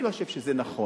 אני לא חושב שזה נכון.